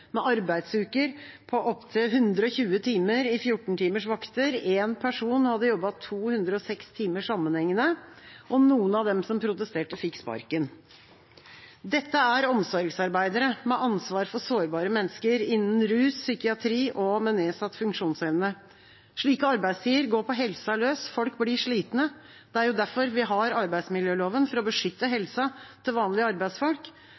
med arbeidsuker på opptil 120 timer i 14-timers vakter. Én person hadde jobbet 206 timer sammenhengende. Noen av dem som protesterte, fikk sparken. Dette er omsorgsarbeidere med ansvar for sårbare mennesker innen rus, psykiatri og med nedsatt funksjonsevne. Slike arbeidstider går på helsa løs. Folk blir slitne. Det er jo derfor vi har arbeidsmiljøloven – for å beskytte helsa til vanlige arbeidsfolk.